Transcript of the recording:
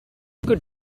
could